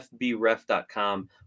fbref.com